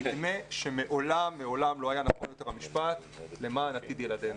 נדמה שמעולם לא היה נכון יותר המשפט האומר למען עתיד ילדינו.